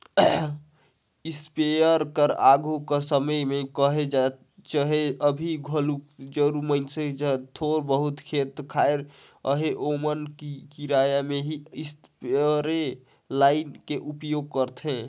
sprayer ल आघु कर समे में कह चहे अभीं घलो जउन मइनसे जग थोर बहुत खेत खाएर अहे ओमन किराया में ही इस्परे लाएन के उपयोग करथे